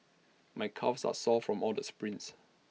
my calves are sore from all the sprints